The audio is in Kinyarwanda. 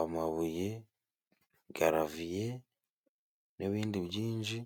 amabuye, garaviye n'ibindi byinshi.